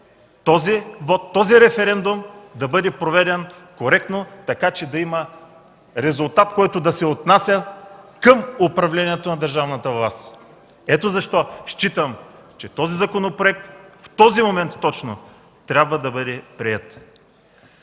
този референдум да бъде проведен коректно, така че да има резултат, който да се отнася към управлението на държавната власт. Ето защо считам, че този законопроект трябва да бъде приет